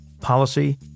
policy